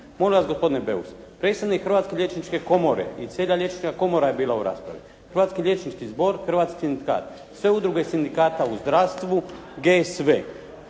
Molim vas gospodine Beus, predstavnik Hrvatske liječničke komore i cijela liječnička komora je bila u raspravi. Hrvatski liječnički zbor, … sve udruge sindikata u zdravstvu, GSV.